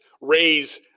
raise